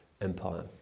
empire